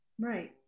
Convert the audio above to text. right